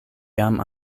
jam